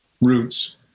roots